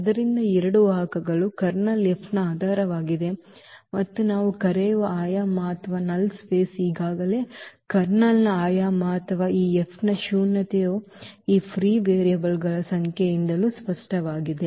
ಆದ್ದರಿಂದ ಈ ಎರಡು ವಾಹಕಗಳು ಕರ್ನಲ್ F ನ ಆಧಾರವಾಗಿದೆ ಮತ್ತು ನಾವು ಕರೆಯುವ ಆಯಾಮ ಅಥವಾ ಶೂನ್ಯತೆಯು ಈಗಾಗಲೇ ಕರ್ನಲ್ನ ಆಯಾಮ ಅಥವಾ ಈ F ನ ಶೂನ್ಯತೆಯು ಈ ಫ್ರೀ ವೇರಿಯೇಬಲ್ಗಳ ಸಂಖ್ಯೆಯಿಂದಲೂ ಸ್ಪಷ್ಟವಾಗಿದೆ